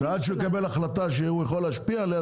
עד שממנים שופט ועד שהוא מקבל החלטה שהוא יכול להשפיע עליה,